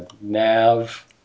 Nav